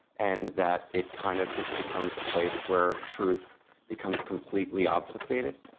and that it kind of just becomes a place where truth becomes completely obfuscated?